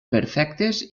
perfectes